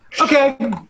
Okay